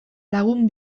lagun